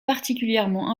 particulièrement